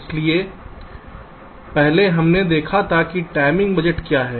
इसलिए पहले हमने देखा था कि टाइमिंग बजट क्या है